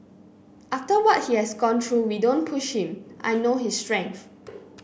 after what he has gone through we don't push him I know his strength